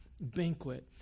banquet